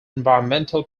environmental